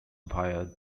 via